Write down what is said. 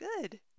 Good